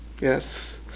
Yes